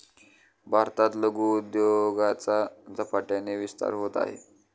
भारतात लघु उद्योगाचा झपाट्याने विस्तार होत आहे